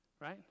Right